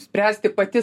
spręsti pati